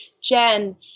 Jen